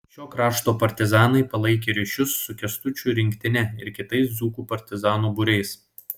šio krašto partizanai palaikė ryšius su kęstučio rinktine ir kitais dzūkų partizanų būriais